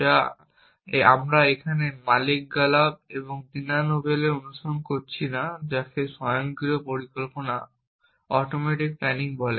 যা আমরা এখানে মালিক গালাব এবং দিনা নোভেনের অনুসরণ করছি না যাকে স্বয়ংক্রিয় পরিকল্পনা বলে